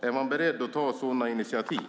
Är man beredd att ta sådana initiativ?